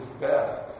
best